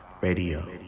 Radio